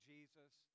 Jesus